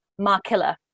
Markilla